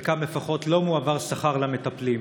בחלקם לפחות, לא מועבר שכר למטפלים,